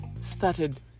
started